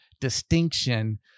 distinction